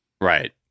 Right